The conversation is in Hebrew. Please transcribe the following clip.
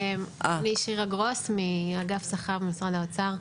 אני שירה גרוס מאגף שכר משרד האוצר.